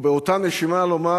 ובאותה נשימה לומר: